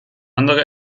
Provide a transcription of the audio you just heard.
andere